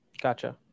Gotcha